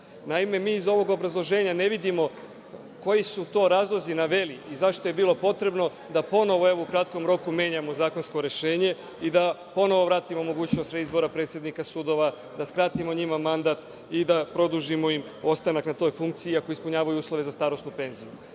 mi iz ovog obrazloženja ne vidimo koji su to razlozi i zašto je bilo potrebno da ponovo u kratkom roku menjamo zakonsko rešenje i da ponovo vratimo mogućnost reizbora predsednika sudova, da skratimo njima mandat i da im produžimo ostanak na toj funkciji ako ispunjavaju uslove za starosnu penziju?